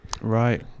right